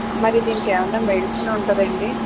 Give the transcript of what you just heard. మరి దీనికి ఏమైనా మెడిసిన్ ఉంటుందా అండి